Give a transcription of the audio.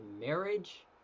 marriage